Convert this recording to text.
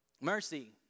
Mercy